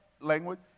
language